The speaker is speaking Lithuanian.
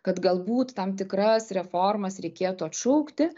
kad galbūt tam tikras reformas reikėtų atšaukti